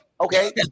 okay